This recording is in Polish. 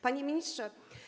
Panie Ministrze!